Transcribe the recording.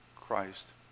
Christ